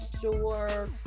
sure